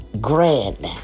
grand